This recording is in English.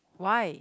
why